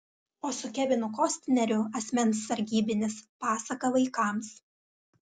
o su kevinu kostneriu asmens sargybinis pasaka vaikams